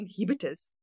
inhibitors